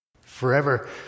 Forever